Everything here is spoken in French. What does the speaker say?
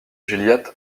gilliatt